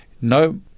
no